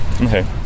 okay